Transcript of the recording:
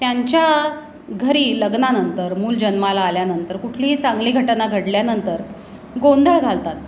त्यांच्या घरी लग्नानंतर मूल जन्माला आल्यानंतर कुठलीही चांगली घटना घडल्यानंतर गोंधळ घालतात